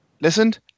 Listened